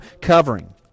covering